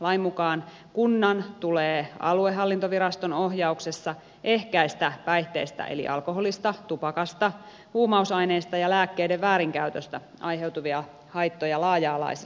lain mukaan kunnan tulee aluehallintoviraston ohjauksessa ehkäistä päihteistä eli alkoholista tupakasta huumausaineista ja lääkkeiden väärinkäytöstä aiheutuvia haittoja laaja alaisilla toimilla